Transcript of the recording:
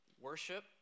Worship